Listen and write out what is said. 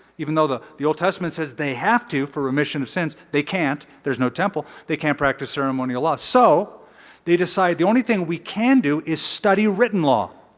even though the the old testament says they have to for remission of sins. they can't, there's no temple. they can't practice ceremonial laws. so they decide, the only thing we can do is study written law.